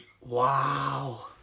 wow